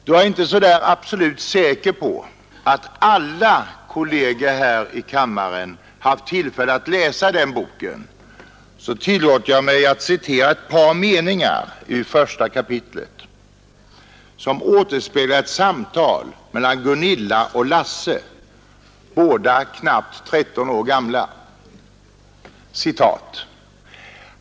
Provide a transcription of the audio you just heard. Då jag inte är absolut säker på att alla kolleger här i kammaren haft tillfälle att läsa den boken, tillåter jag mig att citera ett par meningar ur första kapitlet, som återspeglar ett samtal mellan Gunilla och Lasse, båda knappt 13 år gamla.